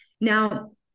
Now